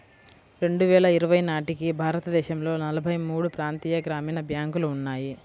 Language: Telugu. రెండు వేల ఇరవై నాటికి భారతదేశంలో నలభై మూడు ప్రాంతీయ గ్రామీణ బ్యాంకులు ఉన్నాయి